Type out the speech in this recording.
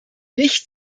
nicht